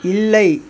இல்லை